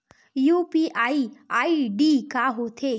UPI ID का होथे?